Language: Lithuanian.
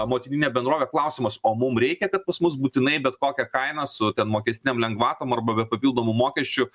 a motininę bendrovę klausimas o mum reikia kad pas mus būtinai bet kokia kaina su ten mokestinėm lengvatom arba be papildomų mokesčių